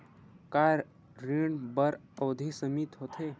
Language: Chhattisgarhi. का ऋण बर अवधि सीमित होथे?